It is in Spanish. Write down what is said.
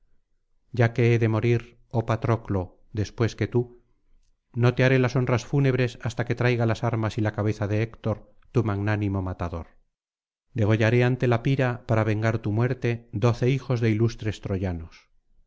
ya que he de morir oh patroclo después que tú no te haré las honras fúnebres hasta que traiga las armas y la cabeza de héctor tu magnánimo matador degollaré ante la pira para vengar tu muerte doce hijos de ilustres troyanos